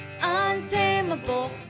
Untamable